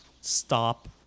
stop